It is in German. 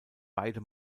beide